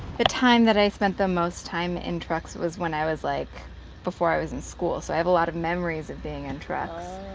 the time that i spent the most time in trucks was when i was like before i was in school so i have a lot of memories of being in trucks.